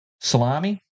Salami